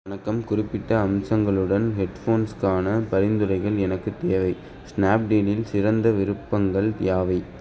வணக்கம் குறிப்பிட்ட அம்சங்களுடன் ஹெட்ஃபோன்ஸ்க்கான பரிந்துரைகள் எனக்கு தேவை ஸ்னேப்டீனில் சிறந்த விருப்பங்கள் யாவை